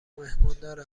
مهماندار